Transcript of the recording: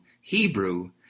Hebrew